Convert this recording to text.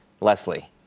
Leslie